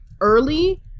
early